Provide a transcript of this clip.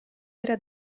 era